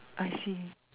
I see